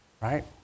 right